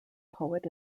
poet